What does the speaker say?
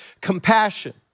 compassion